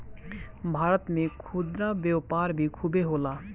भारत में खुदरा व्यापार भी खूबे होला